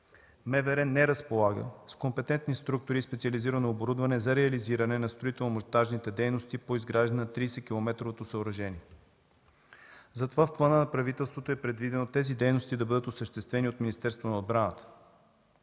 не разполага с компетентни структури и специализирано оборудване за реализиране на строително-монтажните дейности по изграждане на 30-километровото съоръжение. Затова в плана на правителството е предвидено тези дейности да бъдат осъществени от Министерството на отбраната.